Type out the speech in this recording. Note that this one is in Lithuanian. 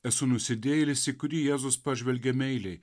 esu nusidėjėlis į kurį jėzus pažvelgė meiliai